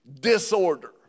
disorder